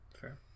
fair